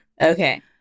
Okay